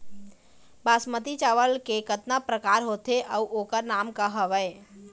बासमती चावल के कतना प्रकार होथे अउ ओकर नाम क हवे?